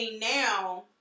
now